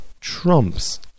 trumps